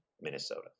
Minnesota